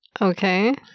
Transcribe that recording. Okay